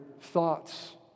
thoughts